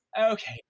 okay